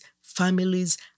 families